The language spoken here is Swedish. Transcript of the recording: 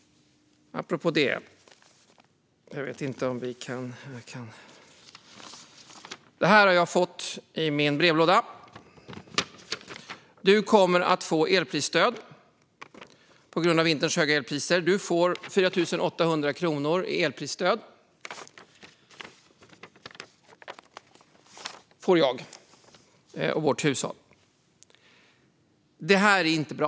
Jag fick ett brev i min brevlåda där det stod: "Du kommer att få elprisstöd på grund av vinterns höga elpriser. Du får 4 800 kronor i elprisstöd." Detta får jag och vårt hushåll. Det är inte bra.